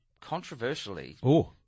controversially